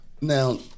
Now